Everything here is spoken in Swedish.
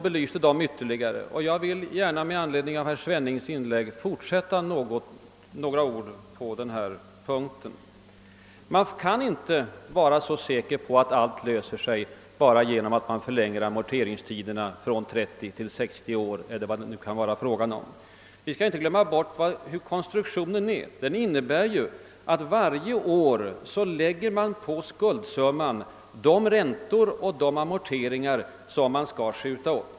Med anledning av herr Svennings inlägg vill jag också tillägga några ord på den punkten. Vi kan inte vara säkra på att allt löser sig bara genom att amorteringstiden förlänges från 30 till 60 år eller vad det kan vara fråga om, herr Svenning. Konstruktionen innebär att man på skuldsidan varje år lägger på de räntor och de amorteringar som skall skjutas upp.